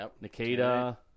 Nikita